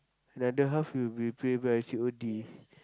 another half you'll be pay by C_O_D